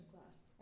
class